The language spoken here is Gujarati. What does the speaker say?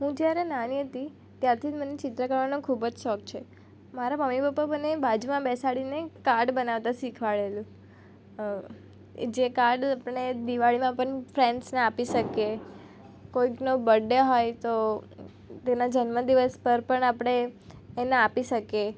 હું જ્યારે નાની હતી ત્યારથી જ મને ચિત્ર કરવાનો ખૂબ જ શોખ છે મારા મમ્મી પપ્પા મને બાજુમાં બેસાડીને કાડ બનાવતા શીખવાડેલું એ જે કાડ આપણે દિવાળીમાં પણ ફ્રેન્ડસને આપી શકીએ કોઇકનો બડ્ડે હોય તો તેના જન્મ દિવસ પર પણ આપણે એને આપી શકીએ